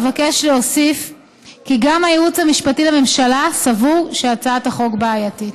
אבקש להוסיף כי גם הייעוץ המשפטי לממשלה סבור שהצעת החוק בעייתית.